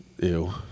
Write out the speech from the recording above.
Ew